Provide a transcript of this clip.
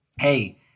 Hey